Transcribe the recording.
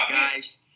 guys